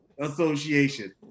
association